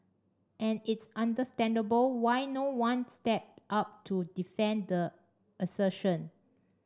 and it's understandable why no one stepped up to defend the assertion